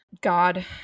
God